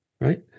right